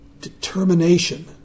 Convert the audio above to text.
determination